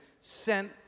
sent